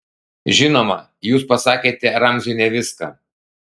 žinoma jūs pasakėte ramziui ne viską